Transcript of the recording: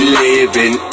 living